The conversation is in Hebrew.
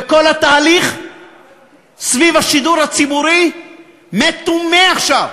וכל התהליך סביב השידור הציבורי מטומא עכשיו,